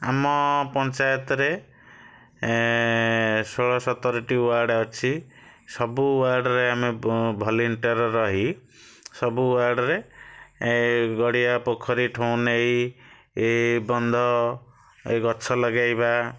ଆମ ପଞ୍ଚାୟତରେ ଷୋହଳ ସତରଟି ୱାର୍ଡ଼ ଅଛି ସବୁ ୱାର୍ଡ଼ରେ ଆମେ ପ ଭଲ୍ୟୁଣ୍ଟର୍ ରହି ସବୁ ୱାର୍ଡ଼ରେ ଏ ଗଡ଼ିଆ ପୋଖରୀଠୁଁ ନେଇ ଏ ବନ୍ଧ ଏହି ଗଛ ଲଗାଇବା